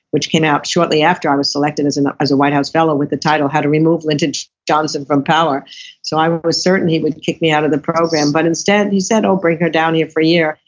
which came out shortly after i was selected as and as a white house fellow with the title how to remove lyndon johnson from power so i was certain he would kick me out of the program, but instead he said, i'll bring her down here for a year,